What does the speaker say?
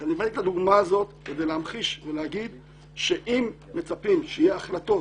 אני רק מביא את הדוגמה הזאת כדי להמחיש ולהגיד שאם מצפים שיהיו החלטות